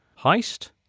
heist